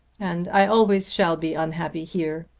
and i always shall be unhappy here.